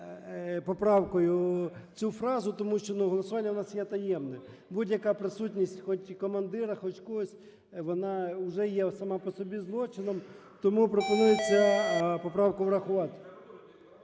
поправкою цю фразу, тому що голосування у нас є таємним. Будь-яка присутність хоч командира, хоч когось вона вже є сама по собі злочином, тому пропонується поправку врахувати.